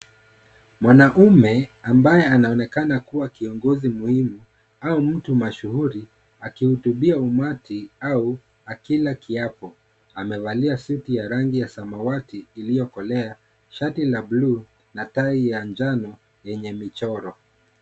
Mwanaume ambaye anaoneka kuwa kiongozi muhumu au mtu mashuhuri, akihutubia umati au akila kiapo. Amevalia suti ya rangi ya samawati iliyokolea, shati la buluu na tai ya njano yenye michoro.